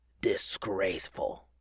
Disgraceful